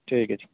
ٹھیک ہے ٹھیک